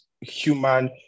human